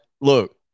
Look